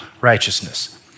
righteousness